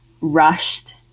rushed